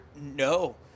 no